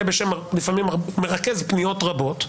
לפעמים בשם הרבה ומרכז פניות רבות,